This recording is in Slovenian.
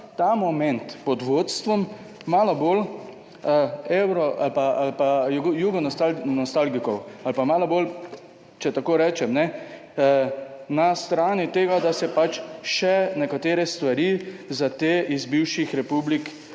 ta moment pod vodstvom malo bolj evro ali pa jugo nostalgikov ali pa malo bolj, če tako rečem, na strani tega, da se pač še nekatere stvari za te iz bivših republik,